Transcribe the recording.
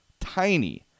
tiny